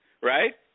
Right